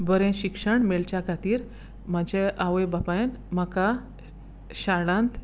बरें शिक्षण मेळच्या खातीर म्हजे आवय बापायन म्हाका शाळांत